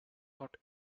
but